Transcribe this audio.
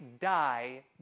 die